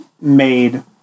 made